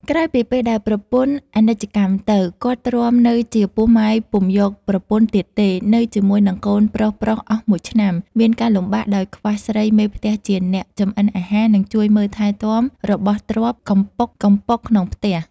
ក្រោយពីពេលដែលប្រពន្ធអនិច្ចកម្មទៅ គាត់ទ្រាំនៅជាពោះម៉ាយពុំយកប្រពន្ធ ទៀតទេ នៅជាមួយនឹងកូនប្រុសៗអស់១ឆ្នាំ មានការលំបាកដោយខ្វះស្រីមេផ្ទះជាអ្នក ចម្អិនអាហារ និងជួយមើលថែទាំរបស់ទ្រព្យកំប៊ុកកំប៉ុកក្នុងផ្ទះ។